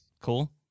cool